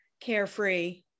carefree